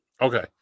Okay